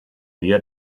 wir